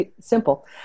simple